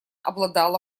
обладала